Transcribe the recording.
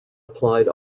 applied